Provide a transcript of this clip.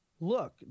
look